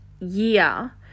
year